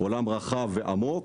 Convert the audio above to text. עולם רחב ועמוק,